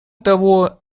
того